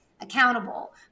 accountable